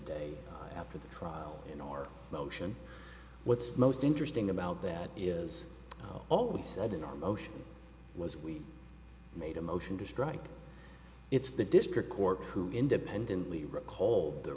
day after the trial in our motion what's most interesting about that is all that said in our motion was we made a motion to strike it's the district court who independently recalled the